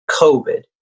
COVID